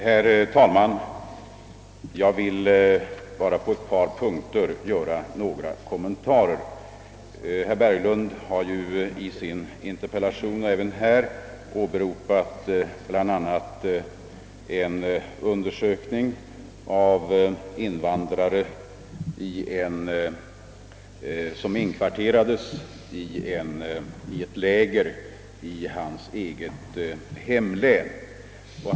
Herr talman! Jag vill bara på ett par punkter göra några kommentarer. Herr Berglund har i sin interpellation och även i debatten åberopat bl.a. en undersökning av invandrare som inkvarterats i ett läger i hans eget hemlän.